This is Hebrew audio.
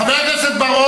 מי אמר לתת כסף,